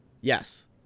Yes